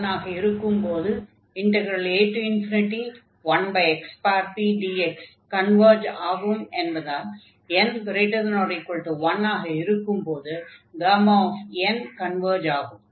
p1 ஆக இருக்கும்போது a1xpdx converge ஆகும் என்பதால் n≥1 ஆக இருக்கும்போது n கன்வர்ஜ் ஆகும்